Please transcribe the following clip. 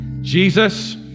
Jesus